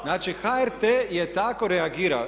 Znači HRT je tako reagirao.